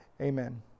Amen